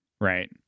Right